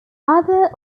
other